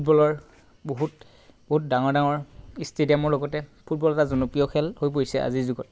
ফুটবলৰ বহুত বহুত ডাঙৰ ডাঙৰ ষ্টেডিয়ামৰ লগতে ফুটবল এটা জনপ্ৰিয় খেল হৈ পৰিছে আজিৰ যুগত